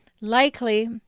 Likely